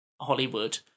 Hollywood